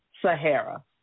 Sahara